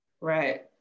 Right